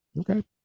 Okay